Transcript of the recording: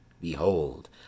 behold